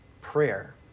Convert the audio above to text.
prayer